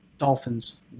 Dolphins